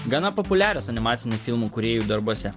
gana populiarios animacinių filmų kūrėjų darbuose